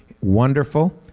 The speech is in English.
Wonderful